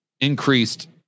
increased